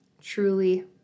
truly